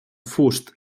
fust